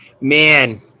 Man